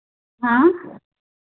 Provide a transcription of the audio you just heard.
हाँ